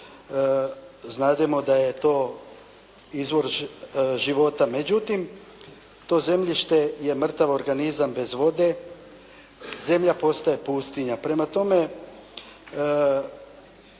znademo da je to izvor života. Međutim to zemljište je mrtav organizam bez vode. Zemlja postaje pustinja. Prema tome